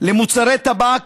למוצרי טבק,